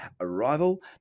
arrival